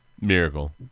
miracle